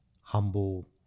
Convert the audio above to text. humble